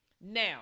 Now